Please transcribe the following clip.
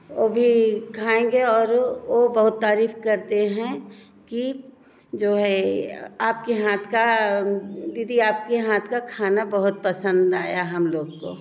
ओ भी खाएगे और वो बहुत तारीफ़ करते हैं कि जो है आप के हाथ का दीदी आप के हाथ का खाना बहुत पसंद आया हम लोग को